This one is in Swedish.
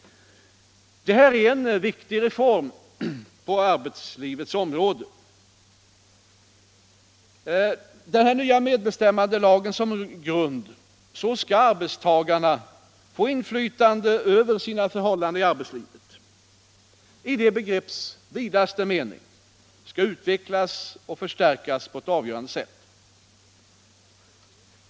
Detta är en viktig reform på arbetslivets område. Med den nya medbestämmandelagen som grund skall arbetstagarna få inflytande över sina förhållanden i arbetslivet. Det begreppet i vidaste mening skall utvecklas och förstärkas på ett avgörande sätt.